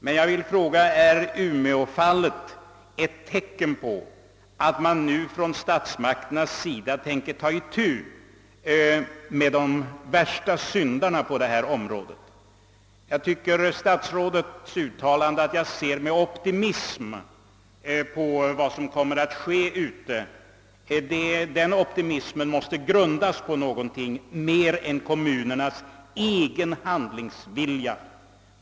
Men jag vill fråga: Är umeåfallet ett tecken på att statsmakterna nu tänker ta itu med de värsta syndarna på detta område? När statsrådet nyss sade att han ser med optimism på vad som kommer att ske, tycker jag att den optimismen måste grundas på någonting mer än kommunernas egen handlingsvilja.